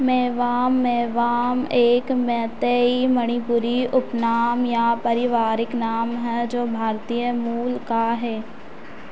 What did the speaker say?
मैबाम मैबाम एक मैतेई मणिपुरी उपनाम या पारिवारिक नाम है जो भारतीय मूल का है